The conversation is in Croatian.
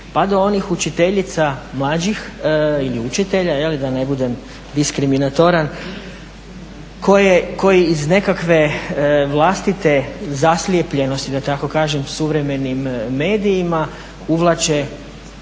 pa do onih učiteljica mlađih ili učitelja, da ne budem diskriminatoran, koje iz nekakve vlastite zaslijepljenosti da tako kažem suvremenim medijima uvlače